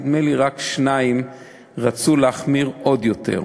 נדמה לי שרק שניים רצו להחמיר עוד יותר.